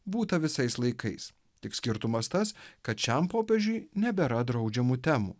būta visais laikais tik skirtumas tas kad šiam popiežiui nebėra draudžiamų temų